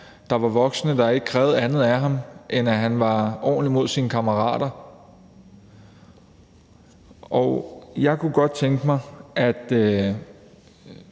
Der var voksne, der ikke krævede andet af ham, end at han var ordentlig mod sine kammerater. Jeg kunne godt tænke mig, at